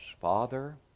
Father